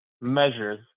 measures